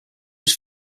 was